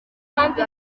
kandi